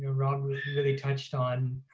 rob really, really touched on